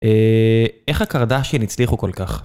איך הקרדשיאן הצליחו כל כך?